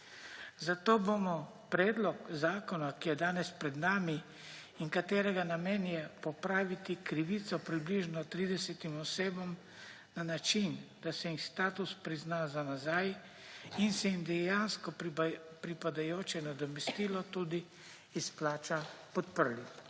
Zato bomo predlog zakona, ki je danes pred nami in katerega namen je popraviti krivico približno 30 osebam na način, da se jim status prizna za nazaj in se jim dejansko pripadajoče nadomestilo tudi izplača, podprli.